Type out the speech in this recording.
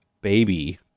baby